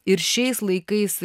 ir šiais laikais